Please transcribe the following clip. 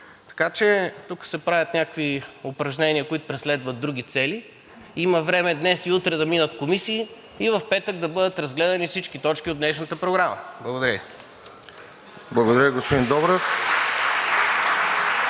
Така че тук се правят някакви упражнения, които преследват други цели. Има време днес и утре да минат комисии и в петък да бъдат разгледани всички точки от днешната програма. Благодаря Ви. (Ръкопляскания от